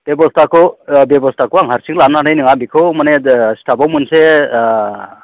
बेब'स्थाखौ आं हारसिं लानो हानाय नङा बेखौ माने स्थाफआव मोनसे